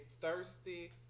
thirsty